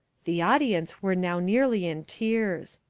the audience were now nearly in tears.